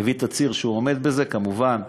מביא תצהיר שהוא עומד בזה, כמובן,